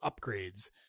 upgrades